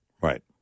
Right